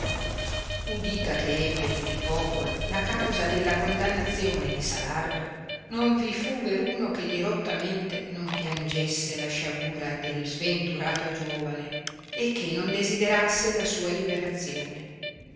udita che ebbe il popolo la causa della condannazione di salardo non vi fu veruno che dirottamente non piangesse la sciagura del sventurato giovane e che non desiderasse la sua liberazione